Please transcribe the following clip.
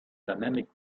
dynamic